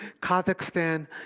Kazakhstan